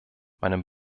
meinem